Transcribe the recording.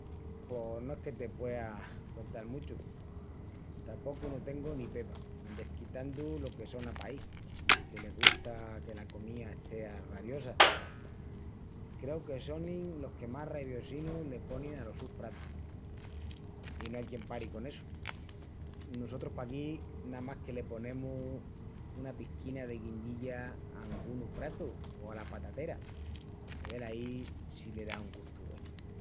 Pos no es que te puea cuental muchu. Tapocu no tengu ni peba desquitandu lo que sona paí deque les gusta que la comía estea raviosa. Creu que sonin los que más raviosinu le ponin alos sus pratus. I no ai quien pari con essu. Nusotrus paquí namás que le ponemus una pisquina de guindilla a angunus pratus o ala patatera, que velaí si le da un gustu güenu.